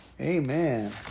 Amen